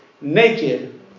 naked